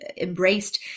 embraced